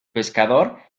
pescador